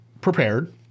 prepared